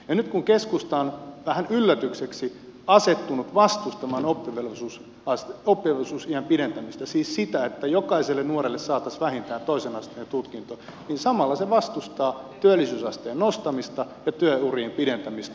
nyt kun keskusta on vähän yllätykseksi asettunut vastustamaan oppivelvollisuusiän pidentämistä siis sitä että jokaiselle nuorelle saataisiin vähintään toisen asteen tutkinto niin samalla se vastustaa työllisyysasteen nostamista ja työurien pidentämistä